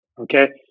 Okay